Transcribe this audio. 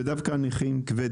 ודווקא נכים קשים.